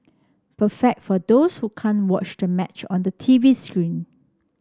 perfect for those who can't watch the match on the T V screen